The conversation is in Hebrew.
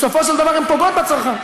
בסופו של דבר הן פוגעות בצרכן,